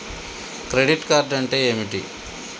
Credit card అంటే ఏమిటి?